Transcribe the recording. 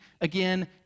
again